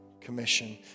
commission